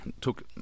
took